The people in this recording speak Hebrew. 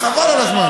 למה?